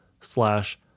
slash